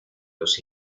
los